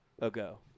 ago